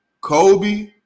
Kobe